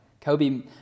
Kobe